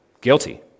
Guilty